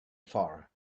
far